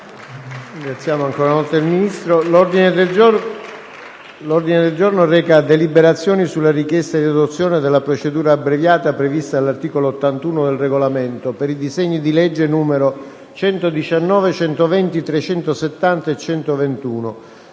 L'ordine del giorno reca la deliberazione sulle richieste di adozione della procedura abbreviata prevista dall'articolo 81 del Regolamento per il disegno di legge n. 119, concernente